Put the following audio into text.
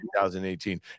2018